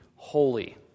Holy